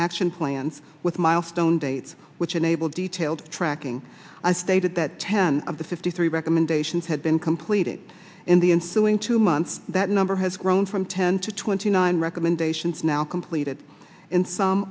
action plans with milestone dates which enable detailed tracking i stated that ten of the fifty three recommendations had been completed in the ensuing two months that number has grown from ten to twenty nine recommendations now completed in some